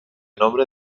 nombre